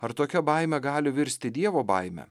ar tokia baimė gali virsti dievo baime